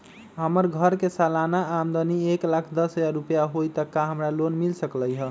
हमर घर के सालाना आमदनी एक लाख दस हजार रुपैया हाई त का हमरा लोन मिल सकलई ह?